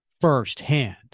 firsthand